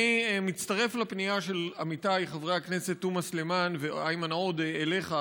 אני מצטרף לפנייה של עמיתיי חברי הכנסת תומא סלימאן ואיימן עודה אליך,